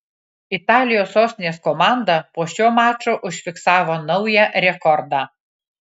italijos sostinės komanda po šio mačo užfiksavo naują rekordą